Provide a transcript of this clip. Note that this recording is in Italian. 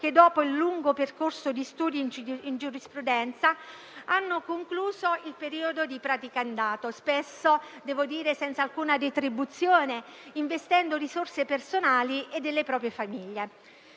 che, dopo il lungo percorso di studi in giurisprudenza, hanno concluso il periodo di praticantato, spesso devo dire senza alcuna retribuzione, investendo risorse personali e delle proprie famiglie.